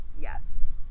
yes